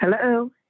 Hello